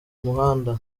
muhanda